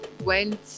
went